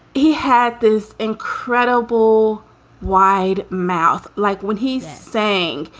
he had this incredible wide mouth like when he's saying,